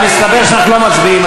מסתבר שאנחנו לא מצביעים,